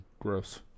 Gross